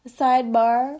sidebar